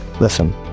Listen